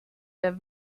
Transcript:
der